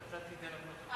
נתתי את זה לפרוטוקול.